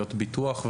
תביעות ביטוח,